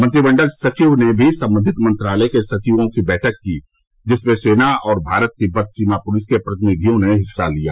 मंत्रिमंडल सचिव ने भी संबंधित मंत्रालयों के सचिवों की बैठक की जिसमें सेना और भारत तिब्बत सीमा पुलिस के प्रतिनिधियों ने भी हिस्सा लिया